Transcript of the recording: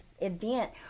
event